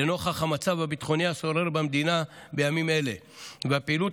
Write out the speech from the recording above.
לנוכח המצב הביטחוני השורר במדינה בימים אלה והפעילות